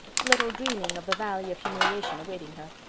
little dreaming of the valley of humiliation awaiting her.